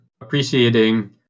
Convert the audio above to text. appreciating